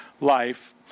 life